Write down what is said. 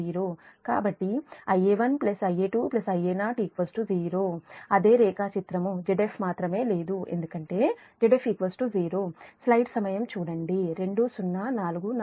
కాబట్టి Ia1 Ia2 Ia0 0 అదే రేఖాచిత్రం Zf మాత్రమే లేదు ఎందుకంటే Zf 0